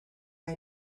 had